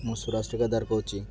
ମୁଁ ସୁରେଶ ଠିକାଦାର କହୁଛି